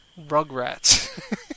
Rugrats